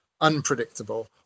unpredictable